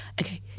okay